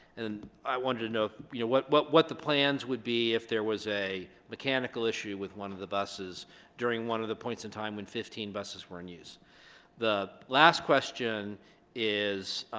and i wanted to know you know what what what the plans would be if there was a mechanical issue with one of the buses during one of the points in time when fifteen buses were in use the last question is,